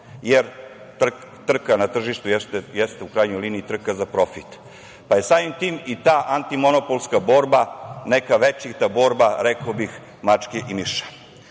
jer trka na tržištu jeste u krajnjoj liniji trka za profit, pa je samim tim i ta antimonopolska borba neka večita borba, rekao bih, mačke i miša. Ono